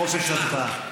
חופש הצבעה.